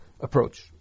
approach